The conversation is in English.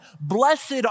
blessed